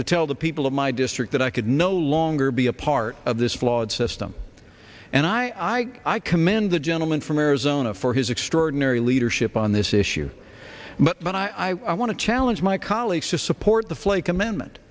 to tell the people of my district that i could no longer be a part of this flawed system and i i commend the gentleman from arizona for his extraordinary leadership on this issue but i want to challenge my colleagues to support the flake amendment